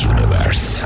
Universe